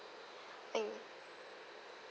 think